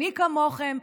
אני כמוכם.